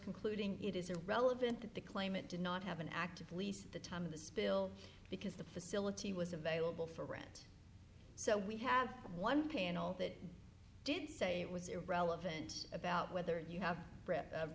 concluding it is irrelevant that the claimant did not have an active lease at the time of the spill because the facility was available for rent so we have one panel that did say it was irrelevant about whether you have